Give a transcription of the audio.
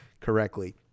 correctly